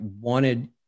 wanted